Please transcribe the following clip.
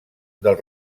del